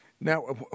Now